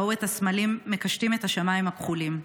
ראו את הסמלים מקשטים את השמיים הכחולים.